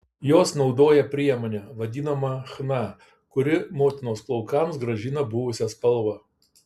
jos naudoja priemonę vadinamą chna kuri motinos plaukams grąžina buvusią spalvą